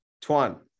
Tuan